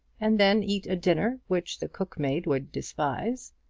and then eat a dinner which the cook-maid would despise.